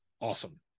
awesome